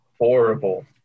horrible